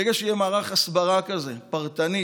ברגע שיהיה מערך הסברה כזה פרטני,